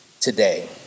today